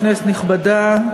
כנסת נכבדה,